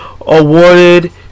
Awarded